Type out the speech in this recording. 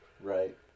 right